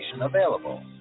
available